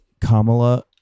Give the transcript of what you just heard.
Kamala